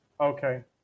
Okay